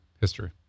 History